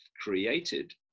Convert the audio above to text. created